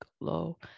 low